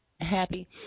happy